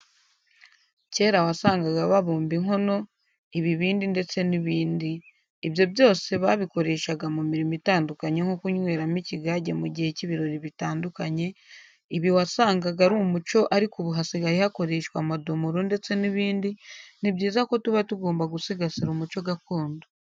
Kera wasangaga babumba inkono, ibibindi ndetse n'ibindi, ibyo byose babikoreshaga mu mirimo itandukanye nko kunyweramo ikigage mu gihe kibirori bitandukanye, ibi wasangaga ari umuco ariko ubu hasigaye hakoreshwa amadomoro ndetse n'ibindi, ni byiza ko tuba tugomba gusigasira umuco gakondo.